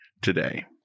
today